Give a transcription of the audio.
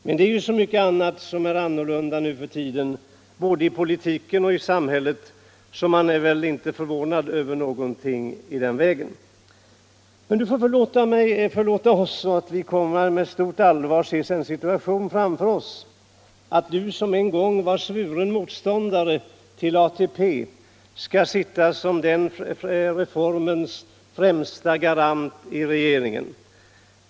Men det är ju så mycket annat som är annorlunda nu för tiden både i politiken och i samhället, så man är snart inte förvånad över någonting. | Men du får förlåta oss att vi med stort allvar ser den situationen framför oss att du som en gång var svuren motståndare till ATP nu skall sitta som den reformens främste garant i regeringen.